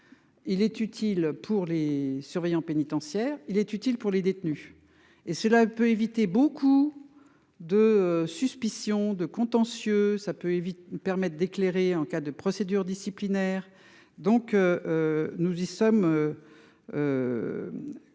Il est utile pour les surveillants pénitentiaires. Il est utile pour les détenus et cela peut éviter beaucoup de suspicion de contentieux, ça peut éviter permettent d'éclairer en cas de procédure disciplinaire donc. Nous y sommes.